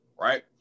right